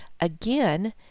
again